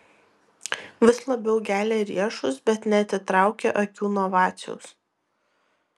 vis labiau gelia riešus bet neatitraukia akių nuo vaciaus